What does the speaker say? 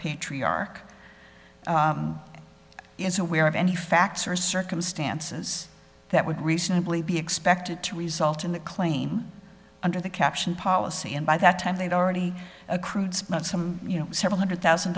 patriarch is aware of any facts or circumstances that would reasonably be expected to result in the claim under the caption policy and by that time they'd already accrued spent some you know several hundred thousand